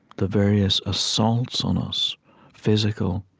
the various assaults on us physical,